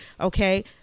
okay